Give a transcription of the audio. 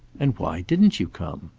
and why didn't you come?